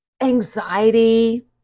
anxiety